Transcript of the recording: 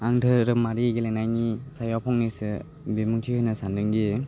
आं दोरोङारि गेलेनायनि सायाव फंनैसो बिबुंथि होनो सानदोंदि